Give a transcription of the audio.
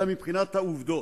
אלא מבחינת העובדות,